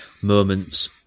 moments